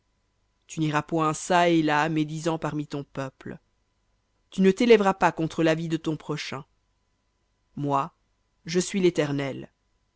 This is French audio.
tu n'iras point çà et là médisant parmi ton peuple tu ne t'élèveras pas contre la vie de ton prochain moi je suis l'éternel